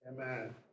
Amen